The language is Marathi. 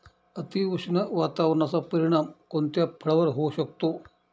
अतिउष्ण वातावरणाचा परिणाम कोणत्या फळावर होऊ शकतो?